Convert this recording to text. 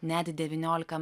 net devyniolika